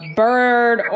bird